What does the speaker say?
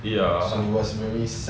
ya